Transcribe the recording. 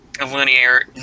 Linear